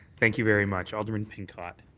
thank you very much. alderman pincott?